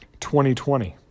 2020